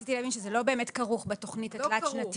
רציתי להבין שזה לא באמת כרוך בתוכנית התלת-שנתית.